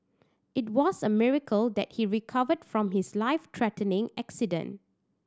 it was a miracle that he recovered from his life threatening accident